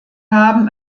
haben